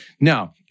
Now